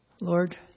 Lord